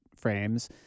frames